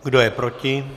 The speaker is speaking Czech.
Kdo je proti?